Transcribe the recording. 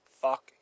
Fuck